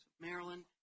Maryland